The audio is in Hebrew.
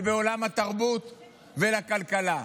בעולם התרבות ולכלכלה.